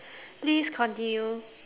please continue